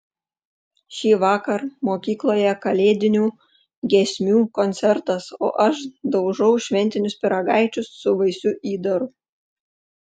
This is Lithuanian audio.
šįvakar mokykloje kalėdinių giesmių koncertas o aš daužau šventinius pyragaičius su vaisių įdaru